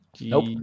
Nope